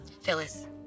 Phyllis